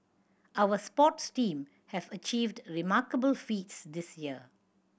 our sports team have achieved remarkable feats this year